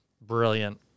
Brilliant